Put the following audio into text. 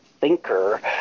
thinker